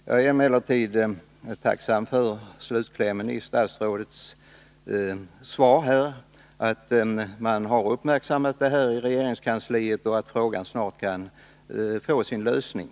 Jag är tacksam för slutklämmen i statsrådets svar, där statsrådet meddelar att man i regeringskansliet har uppmärksammat denna fråga och att den snart kan få sin lösning.